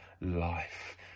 life